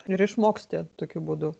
ir išmoksta tokiu būdu